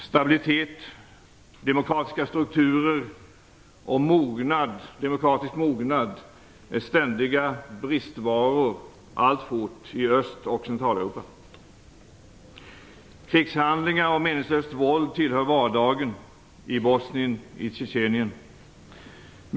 Stabilitet, demokratiska strukturer och demokratisk mognad är alltfort ständiga bristvaror i Öst och Centraleuropa. Krigshandlingar och meningslöst våld tillhör vardagen i Bosnien och Tjetjenien.